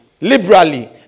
liberally